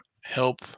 help